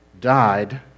died